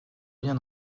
bien